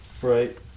Right